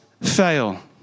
fail